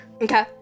Okay